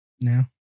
No